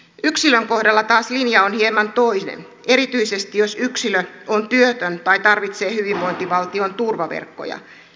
yksilön kohdalla taas linja on hieman toinen erityisesti jos yksilö on työtön tai tarvitsee hyvinvointivaltion turvaverkkoja